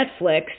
Netflix